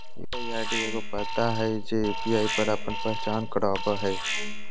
UPI ID एगो पता हइ जे यू.पी.आई पर आपन पहचान करावो हइ